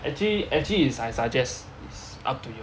actually actually is I suggest it's up to you